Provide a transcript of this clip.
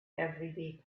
everyday